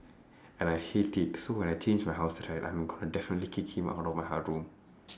and I hate it so when I change my house right I'm goi~ definitely kick him out of my hou~ room